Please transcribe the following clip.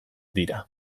dira